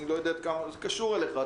אני לא יודע עד כמה זה קשור אליך,